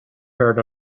heard